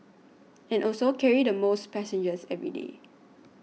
and also carry the most passengers every day